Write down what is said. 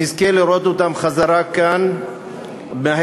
נזכה לראות אותם חזרה כאן מהר.